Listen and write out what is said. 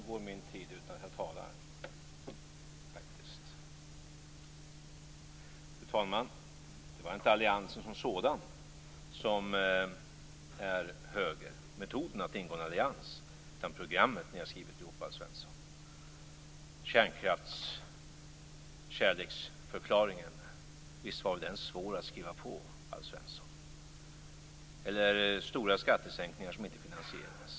Fru talman! Det var inte metoden att ingå en allians som var ett högerprojekt, utan programmet ni har skrivit ihop. Visst var kärnkraftskärleksförklaringen svår att skriva på, Alf Svensson. Det gäller också förslagen om stora skattesänkningar som inte finansieras.